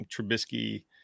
Trubisky